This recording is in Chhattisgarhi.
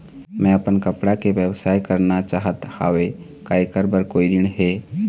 मैं अपन कपड़ा के व्यवसाय करना चाहत हावे का ऐकर बर कोई ऋण हे?